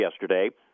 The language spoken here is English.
yesterday